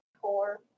Four